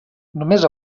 només